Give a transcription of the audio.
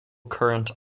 current